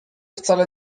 wcale